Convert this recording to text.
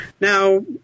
Now